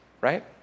Right